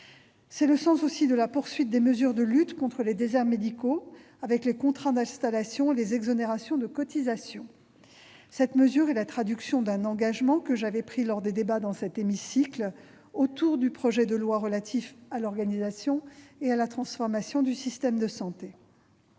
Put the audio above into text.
est le sens aussi de la poursuite des mesures de lutte contre les déserts médicaux, avec les contrats d'installation et les exonérations de cotisations. Cette mesure est la traduction d'un engagement que j'avais pris lors des débats qui ont eu lieu dans cet hémicycle sur le projet de loi relatif à l'organisation et à la transformation du système de santé.